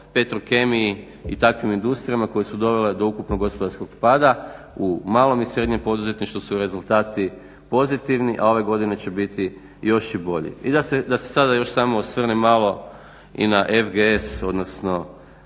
petrokemiji i takvim industrijama koje su dovele do ukupno gospodarskog pada u malom i srednjem poduzetništvu su rezultati pozitivni a ove godine će biti još i bolji. I da se sada još samo osvrnem malo i na FGS odnosno